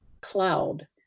cloud